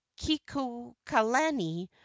kikukalani